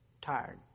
tired